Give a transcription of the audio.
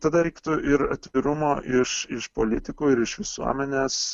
tada reiktų ir atvirumo iš iš politikų ir iš visuomenės